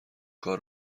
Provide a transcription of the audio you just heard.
کار